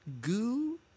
goo